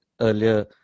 earlier